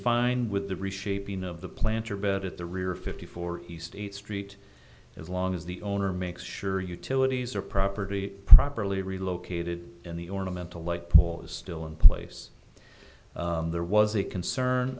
fine with the reshaping of the planter bed at the rear fifty for the state street as long as the owner makes sure utilities are property properly relocated in the ornamental light pole is still in place there was a concern